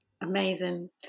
Amazing